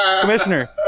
commissioner